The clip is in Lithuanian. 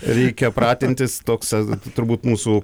reikia pratintis toks turbūt mūsų